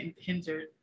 hindered